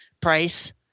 price